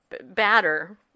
batter